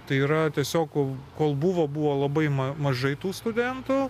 tai yra tiesiog kol kol buvo buvo labai ma mažai tų studentų